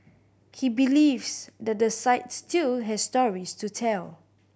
he believes that the site still has stories to tell